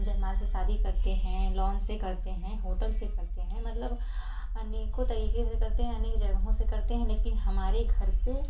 जयमाल शादी करते हैं लोन से करते हैं होटल से करते हैं मतलब अनेकों तरीके से करते हैं अनेक जगहों से करते हैं लेकिन हमारे घर पर